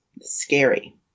scary